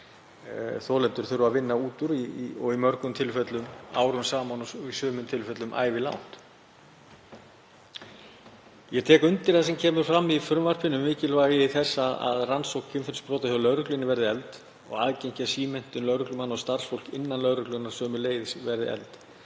þolendur þurfa að vinna úr og í mörgum tilfellum árum saman og í sumum tilfellum ævilangt. Ég tek undir það sem kemur fram í frumvarpinu um mikilvægi þess að rannsókn kynferðisbrota hjá lögreglunni verði efld og aðgengi að símenntun lögreglumanna og starfsfólks innan lögreglunnar sömuleiðis.